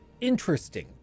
interesting